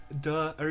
duh